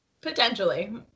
Potentially